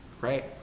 right